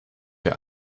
der